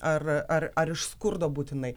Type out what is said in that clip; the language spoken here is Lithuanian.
ar ar ar iš skurdo būtinai